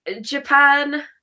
Japan